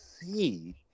see